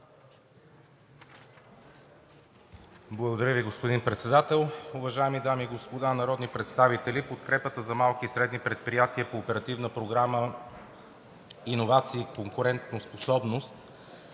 Благодаря Ви, господин Председател. Уважаеми дами и господа народни представители, в подкрепата за малки и средни предприятия по Оперативна програма „Иновации и конкурентоспособност“